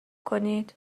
کنید